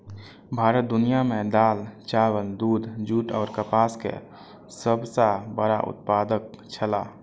भारत दुनिया में दाल, चावल, दूध, जूट और कपास के सब सॉ बड़ा उत्पादक छला